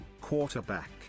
Quarterback